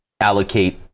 allocate